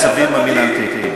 בצווים מינהליים.